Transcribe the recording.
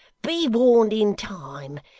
be warned in time,